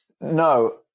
No